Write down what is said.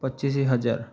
ପଚିଶ ହଜାର